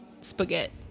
spaghetti